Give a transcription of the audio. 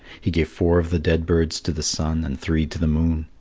he gave four of the dead birds to the sun and three to the moon.